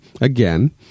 Again